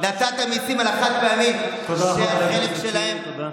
נתת מיסים על החד-פעמי, שהחלק שלהם, תודה,